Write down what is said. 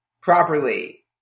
properly